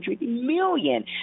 million